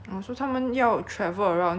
I mean that's their job [what] so